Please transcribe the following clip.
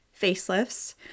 facelifts